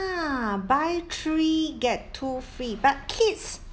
buy three get two free but kids